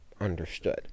understood